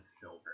silver